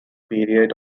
period